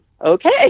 okay